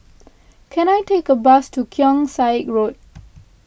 can I take a bus to Keong Saik Road